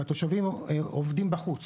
התושבים עובדים בחוץ